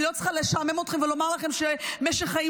אני לא צריכה לשעמם אתכם ולומר לכם שמשך חיים